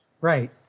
Right